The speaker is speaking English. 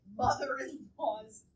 mother-in-law's